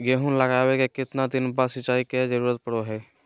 गेहूं लगावे के कितना दिन बाद सिंचाई के जरूरत पड़ो है?